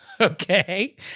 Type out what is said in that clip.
Okay